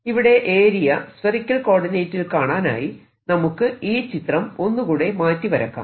ഇവിടെ area spherical കോർഡിനേറ്റിൽ കാണാനായി നമുക്ക് ഈ ചിത്രം ഒന്നുകൂടെ മാറ്റി വരക്കാം